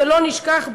ולא נשכח,